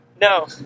No